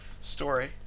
story